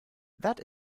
that